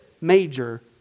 major